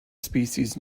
species